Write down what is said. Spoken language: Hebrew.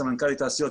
סמנכ"לית תעשיות,